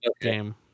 game